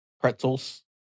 pretzels